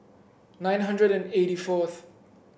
nine hundred and eighty fourth